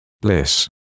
bliss